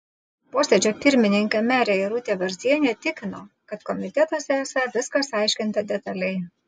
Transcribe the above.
posėdžio pirmininkė merė irutė varzienė tikino kad komitetuose esą viskas aiškinta detaliai